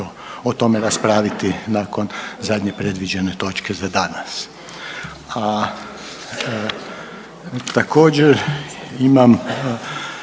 o tome raspraviti nakon zadnje predviđene točke za danas. A također imam